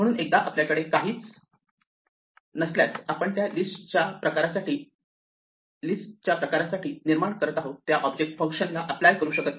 म्हणून एकदा आपल्याकडे काहीच नसल्यास आपण ज्या लिस्ट च्या प्रकारासाठी निर्माण करत आहोत त्या ऑब्जेक्ट फंक्शन ला अप्लाय करू शकत नाही